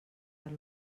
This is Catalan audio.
per